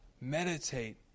Meditate